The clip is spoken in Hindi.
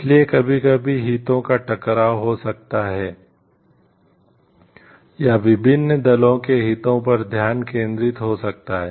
इसलिए कभी कभी हितों का टकराव हो सकता है या विभिन्न दलों के हितों पर ध्यान केंद्रित हो सकता है